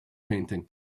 painting